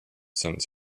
since